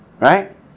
Right